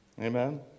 Amen